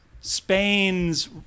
Spain's